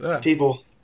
people